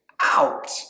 out